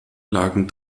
lagen